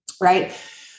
Right